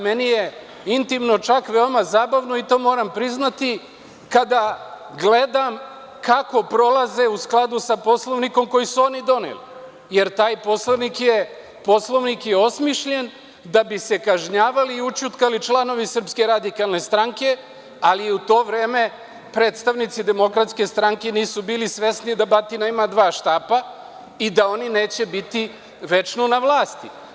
Meni je intimno, čak veoma zabavno i to moram priznati kada gledam kako prolaze u skladu sa Poslovnikom koji su oni doneli, jer taj poslanik je, Poslovnik je osmišljen da bi se kažnjavali i ućutkali članovi SRS, ali u to vreme predstavnici DS nisu bili svesni da batina ima dva štapa i da oni neće biti večno na vlasti.